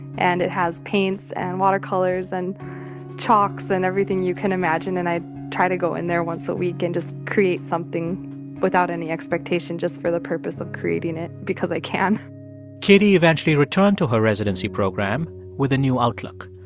and it has paints and watercolors and chalks and everything you can imagine. and i try to go in there once a week and just create something without any expectation, just for the purpose of creating it because i can katie eventually returned to her residency program with a new outlook.